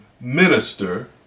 minister